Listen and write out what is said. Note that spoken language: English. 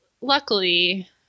luckily